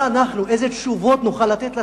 מה אנחנו, איזה תשובות נוכל לתת לציבור?